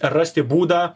rasti būdą